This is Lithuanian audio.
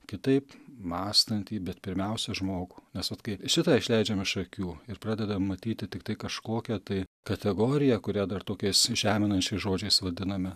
kitaip mąstantį bet pirmiausia žmogų nes va kai šitą išleidžiam iš akių ir pradedam matyti tiktai kažkokią tai kategoriją kurią dar tokiais žeminančiais žodžiais vadiname